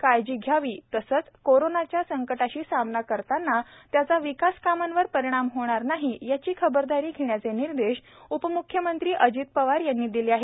काळजी घ्यावी तसच कोरोनाच्या संकटाशी सामना करताना त्याचा विकास कामांवर परिणाम होणार नाही याची खबरदारी घेण्याचे निर्देश उपम्ख्यमंत्री अजित पवार यांनी दिले आहेत